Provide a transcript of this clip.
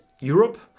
Europe